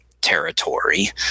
territory